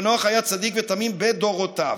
ונח היה צדיק תמים בדורותיו.